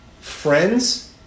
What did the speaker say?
Friends